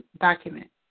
document